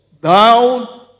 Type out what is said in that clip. thou